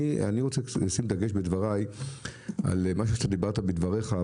אני רוצה לשים דגש בדבריי על משהו שדיברת בדבריך,